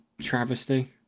travesty